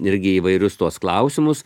irgi įvairius tuos klausimus